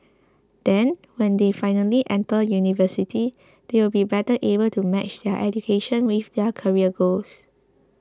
then when they finally enter university they would be better able to match their education with their career goals